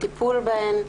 לטיפול בהן,